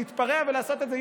להתפרע ולעשות את זה.